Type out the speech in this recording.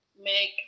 make